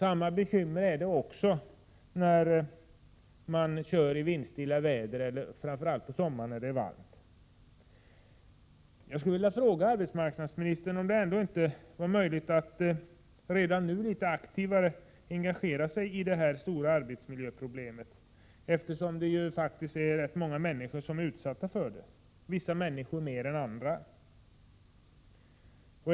Samma bekymmer uppstår när det är vindstilla och under varma sommardagar. Jag skulle vilja fråga arbetsmarknadsministern om det inte är möjligt för henne att redan nu litet mer aktivt engagera sig i detta stora arbetsmiljöproblem, eftersom så många människor är utsatta för det, vissa människor mera än andra.